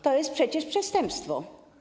To jest przecież przestępstwo.